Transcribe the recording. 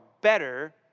better